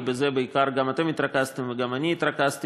ובזה בעיקר גם אתם התרכזתם וגם אני התרכזתי